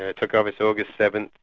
ah took office august seventh,